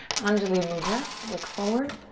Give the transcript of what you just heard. anjuli mudra, look forward.